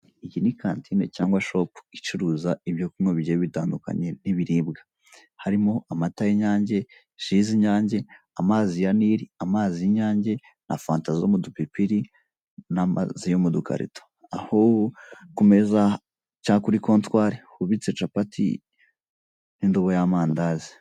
Iyi ni kantine cyangwa shopu, icuruza ibyo kunywa bigiye bitandukanye n'ibiribwa, harimo amata y'inyange, ji z'inyage, amazi ya nili, amazi y'nyange na fanta zo mu dupipiri n'amazi yo mu dukarito, aho ku meza cyangwa kuri kontwari hubitse capati n'indobo y'amandazi.